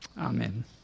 amen